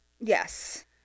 Yes